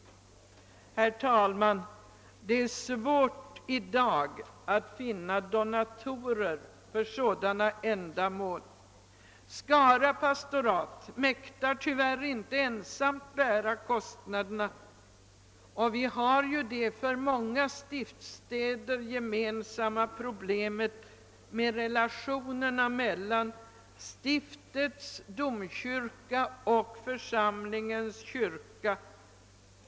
Herr talman! Det är svårt i dag att finna donatorer för sådana ändamål. Skara pastorat mäktar tyvärr inte ensamt bära kostnaderna. Vi har det för många stiftsstäder gemensamma problemet med relationerna mellan stiftets domkyrka och församlingens kyrka.